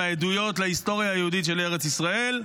העדויות להיסטוריה היהודית של ישראל,